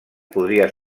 podria